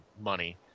money